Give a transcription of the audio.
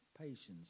patience